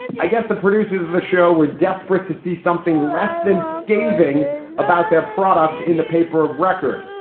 i guess the producers of the show were desperate to see something less than scathing about their product in the paper of record.